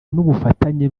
n’ubufatanye